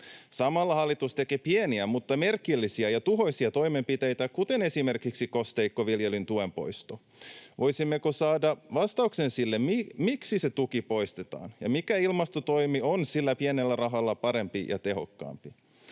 Samalla hallitus tekee pieniä mutta merkillisiä ja tuhoisia toimenpiteitä, kuten esimerkiksi kosteikkoviljelyn tuen poisto. Voisimmeko saada vastauksen sille, miksi se tuki poistetaan, ja mikä ilmastotoimi on sillä pienellä rahalla parempi ja tehokkaampi?